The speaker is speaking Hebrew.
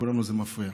לכולנו זה מפריע.